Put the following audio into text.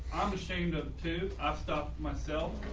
i'm ashamed of to i've stopped myself.